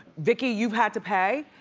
vicki, you've had to pay?